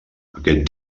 aquest